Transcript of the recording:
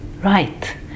right